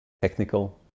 technical